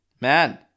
man